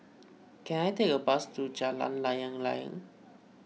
can I take a bus to Jalan Layang Layang